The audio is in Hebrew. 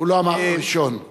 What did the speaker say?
לא אמר "הראשון".